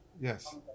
Yes